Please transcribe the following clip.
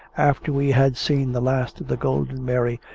after we had seen the last of the golden mary,